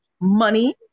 money